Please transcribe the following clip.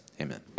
Amen